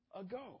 ago